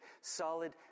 solid